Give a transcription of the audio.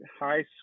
high